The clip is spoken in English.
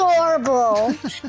Adorable